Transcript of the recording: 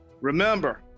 Remember